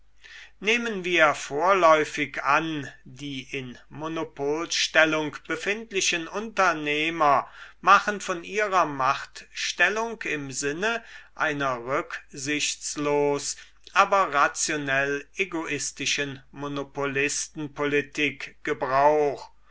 nehmen wir vorläufig an die in monopolstellung befindlichen unternehmer machen von ihrer machtstellung im sinne einer rücksichtslos aber rationell egoistischen monopolistenpolitik gebrauch